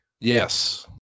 Yes